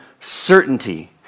certainty